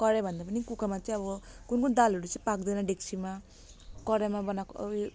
कराईभन्दा पनि कुकरमा चाहिँ अब कुन कुन दालहरू चाहिँ पाक्दैन डेक्चीमा कराईमा बनाको